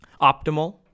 optimal